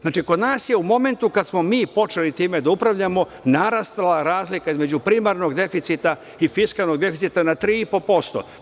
Znači, kod nas je u momentu kada smo počeli time da upravljamo narasla razlika između primarnog deficita i fiskalnog deficita na 3,5%